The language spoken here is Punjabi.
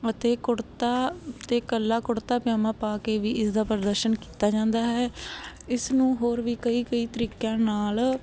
ਅਤੇ ਕੁੜਤਾ ਅਤੇ ਇਕੱਲਾ ਕੁੜਤਾ ਪਜਾਮਾ ਪਾ ਕੇ ਵੀ ਇਸਦਾ ਪ੍ਰਦਰਸ਼ਨ ਕੀਤਾ ਜਾਂਦਾ ਹੈ ਇਸ ਨੂੰ ਹੋਰ ਵੀ ਕਈ ਕਈ ਤਰੀਕਿਆਂ ਨਾਲ